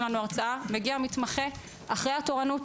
לנו הרצאה מגיע מתמחה אחרי התורנות,